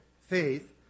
faith